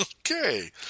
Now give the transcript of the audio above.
Okay